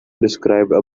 described